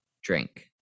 drink